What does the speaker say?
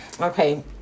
okay